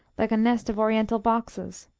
like a nest of oriental boxes.